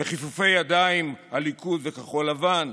בכיפופי ידיים, הליכוד וכחול לבן.